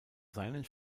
seinen